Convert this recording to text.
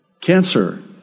Cancer